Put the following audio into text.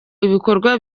ibikorwa